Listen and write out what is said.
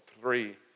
three